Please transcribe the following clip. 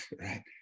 right